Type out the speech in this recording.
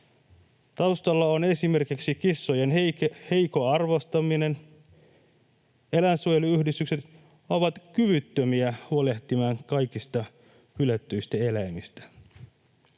Taustalla on esimerkiksi kissojen heikko arvostaminen. Eläinsuojeluyhdistykset ovat kyvyttömiä huolehtimaan kaikista hylätyistä eläimistä.